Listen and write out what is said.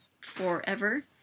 forever